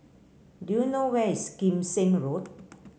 do you know where is Kim Seng Road